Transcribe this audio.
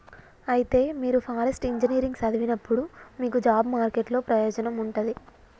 అయితే మీరు forest engineering సదివినప్పుడు మీకు జాబ్ మార్కెట్ లో ప్రయోజనం ఉంటది